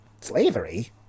Slavery